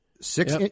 six